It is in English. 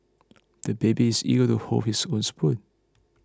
the baby is eager to hold his own spoon